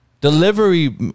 delivery